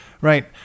right